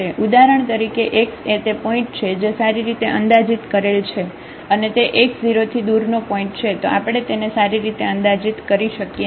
ઉદાહરણ તરીકે x એ તે પોઇન્ટ છે જે સારી રીતે અંદાજિત કરેલ છે અને તે x0 થી દૂર નો પોઇન્ટ છે તો આપણે તેને સારી રીતે અંદાજિત કરી શકીએ નહિ